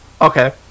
Okay